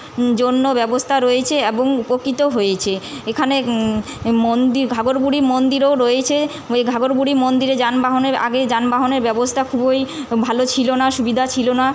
জন্য ব্যবস্থা রয়েছে এবং উপকৃত হয়েছে এখানে মন্দির ঘাগর বুড়ী মন্দিরও রয়েছে এই ঘাগর বুড়ী মন্দিরে যানবাহনের আগে যানবাহনের ব্যবস্থা খুবই ভালো ছিলো না সুবিধা ছিলো না